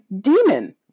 Demon